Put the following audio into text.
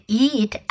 eat